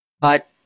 but-